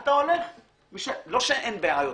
לא שאין בעיות.